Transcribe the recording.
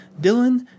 Dylan